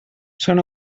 són